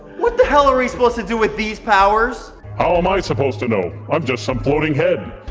what the hell are we supposed to do with these powers? how am i supposed to know? i'm just some floating head.